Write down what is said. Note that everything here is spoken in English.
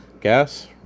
gas